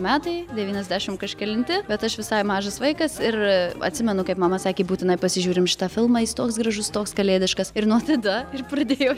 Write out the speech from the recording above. metai devyniasdešim kažkelinti bet aš visai mažas vaikas ir atsimenu kaip mama sakė būtinai pasižiūrim šitą filmą jis toks gražus toks kalėdiškas ir nuo tada ir pradėjau